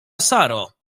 saro